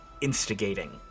instigating